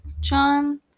John